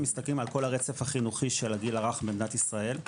מסתכלים על כל הרצף החינוכי של הגיל הרך במדינת ישראל.